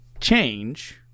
change